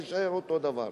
יישאר אותו הדבר.